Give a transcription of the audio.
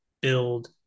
build